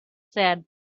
said